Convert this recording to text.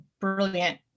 brilliant